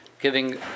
giving